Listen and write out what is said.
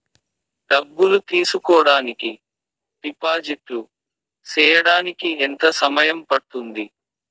డబ్బులు తీసుకోడానికి డిపాజిట్లు సేయడానికి ఎంత సమయం పడ్తుంది